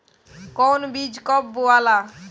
कौन बीज कब बोआला?